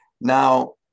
Now